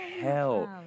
hell